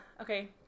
okay